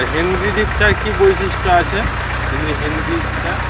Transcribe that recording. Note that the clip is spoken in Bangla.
হেনরি দ্বীপটার কি বৈশিষ্ট্য আছে হেনরি হেনরি দ্বীপটা